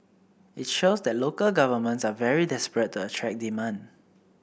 it shows that local governments are very desperate to attract demand